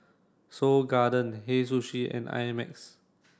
Seoul Garden Hei Sushi and I Max